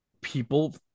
people